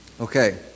Okay